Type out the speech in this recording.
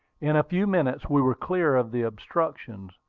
in a few minutes we were clear of the obstructions,